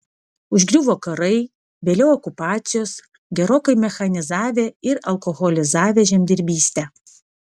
užgriuvo karai vėliau okupacijos gerokai mechanizavę ir alkoholizavę žemdirbystę